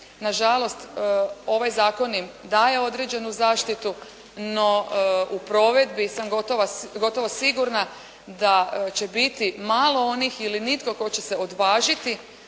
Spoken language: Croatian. na žalost ovaj zakon im daje određenu zaštitu no u provedbi sam gotovo sigurna da će biti malo onih ili nitko tko će se odvažiti